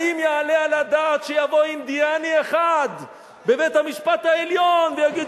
האם יעלה על הדעת שיבוא אינדיאני אחד בבית-המשפט העליון ויגיד: